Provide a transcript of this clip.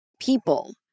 people